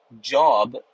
job